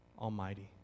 Almighty